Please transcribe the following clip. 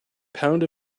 pound